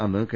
അന്ന് കെ